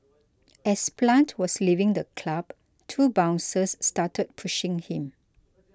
as Plant was leaving the club two bouncers started pushing him